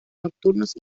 nocturnos